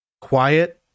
quiet